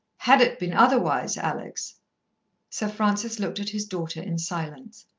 had it been otherwise, alex sir francis looked at his daughter in silence.